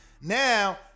Now